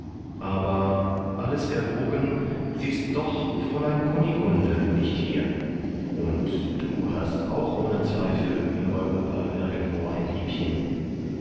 aber alles erwogen ist doch fräulein kunigunde nicht hier und du hast auch ohne zweifel in europa irgendwo ein liebchen